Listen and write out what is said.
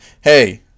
Hey